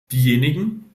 diejenigen